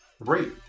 great